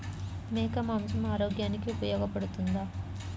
మేక మాంసం ఆరోగ్యానికి ఉపయోగపడుతుందా?